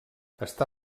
està